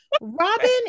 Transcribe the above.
Robin